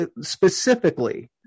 specifically